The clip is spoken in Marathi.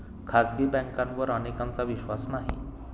खाजगी बँकांवर अनेकांचा विश्वास नाही